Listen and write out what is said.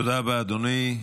תודה רבה, אדוני.